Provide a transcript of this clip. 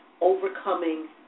overcoming